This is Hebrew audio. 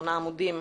שמונה עמודים,